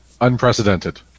unprecedented